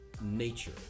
nature